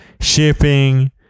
shipping